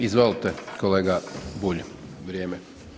Izvolite kolega Bulj, vrijeme.